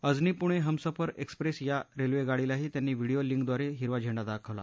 Ajni Pune Humsafar express या railway गाडीलाही त्यांनी व्हिडीओ लिंकद्वारे हिरवा झेंडा दाखवला